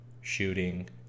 shooting